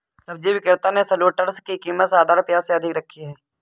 सब्जी विक्रेता ने शलोट्स की कीमत साधारण प्याज से अधिक रखी है